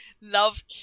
Love